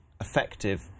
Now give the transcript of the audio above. effective